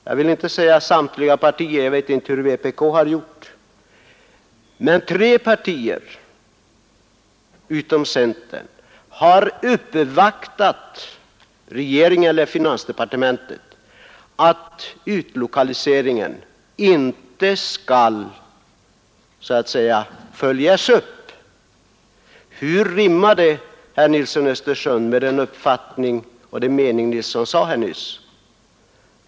Jag vet inte hur vpk har ställt sig, men i varje fall har de tre andra partierna utom centern uppvaktat finansministern med en begäran om att utlokaliseringsprogrammet inte skall fullföljas för Stockholmsregionens del. Hur rimmar en sådan inställning från socialdemokratins sida med den uppfattning som herr Nilsson framfört?